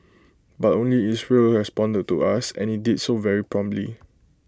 but only Israel responded to us and IT did so very promptly